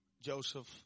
Joseph